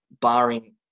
barring